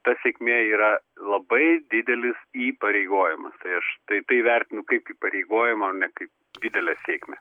ta sėkmė yra labai didelis įpareigojimas tai aš tai vertinu kaip įpareigojimąo ne kaip didelę sėkmę